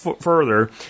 further